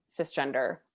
cisgender